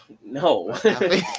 no